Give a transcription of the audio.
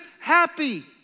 happy